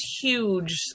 huge